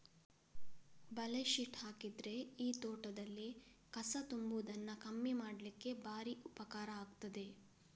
ಬಲೆ ಶೀಟ್ ಹಾಕಿದ್ರೆ ಈ ತೋಟದಲ್ಲಿ ಕಸ ತುಂಬುವುದನ್ನ ಕಮ್ಮಿ ಮಾಡ್ಲಿಕ್ಕೆ ಭಾರಿ ಉಪಕಾರ ಆಗ್ತದೆ